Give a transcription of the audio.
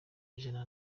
ijana